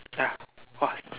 ya was